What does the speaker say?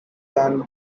can